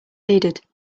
needed